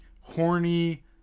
horny